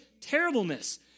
terribleness